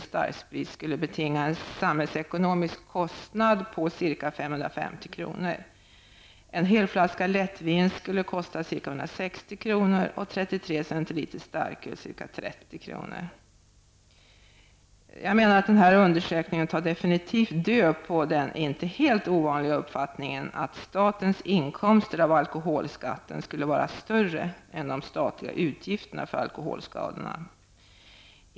starksprit betingade en samhällsekonomisk kostnad på ca 550 kr., en helflaska lättvin ca 160 kr. och 33 cl. starköl ungefär Den här undersökningen tar definitivt död på den inte helt ovanliga uppfattningen att statens inkomster av alkoholskatten skulle vara större än de statliga utgifterna för alkoholskadorna.